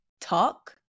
talk